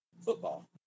football